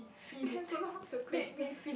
forgot the question